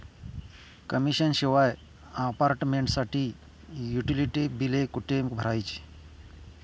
Commission शिवाय अपार्टमेंटसाठी utility बिले कुठे भरायची?